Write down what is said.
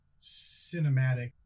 cinematic